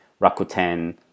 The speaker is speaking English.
Rakuten